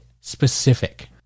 specific